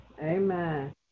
Amen